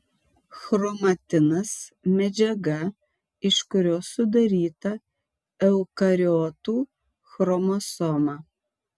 chromatinas medžiaga iš kurios sudaryta eukariotų chromosoma